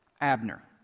abner